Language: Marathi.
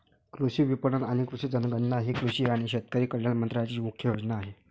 कृषी विपणन आणि कृषी जनगणना ही कृषी आणि शेतकरी कल्याण मंत्रालयाची मुख्य योजना आहे